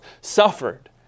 suffered